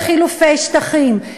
וחילופי שטחים,